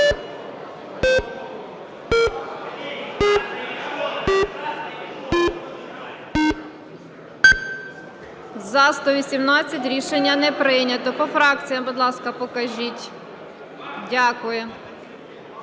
За-118 Рішення не прийнято. По фракціях, будь ласка, покажіть. Дякую.